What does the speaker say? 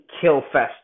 kill-fest